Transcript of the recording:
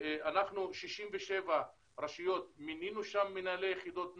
ב-67 רשויות אנחנו מינינו מנהלי יחידות נוער.